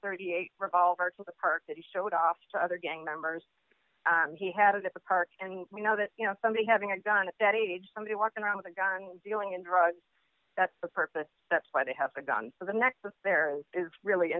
thirty eight revolver to the park that he showed off to other gang members he had of the park and we know that you know somebody having a gun at that age somebody walking around with a gun dealing in drugs that's the purpose that's why they have a gun for the next but there is really